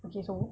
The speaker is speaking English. okay so